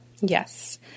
Yes